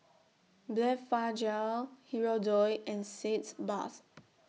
Blephagel Hirudoid and Sitz Bath